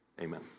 Amen